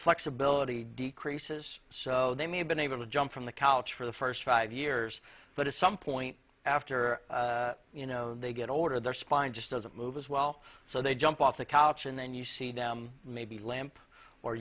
flexibility decreases so they may have been able to jump from the couch for the first five years but at some point after you know they get older their spine just doesn't move as well so they jump off the couch and then you see them maybe lamp or